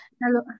Hello